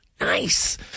Nice